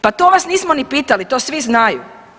Pa to vas nismo ni pitali, to svi znaju.